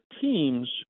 teams